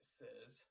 says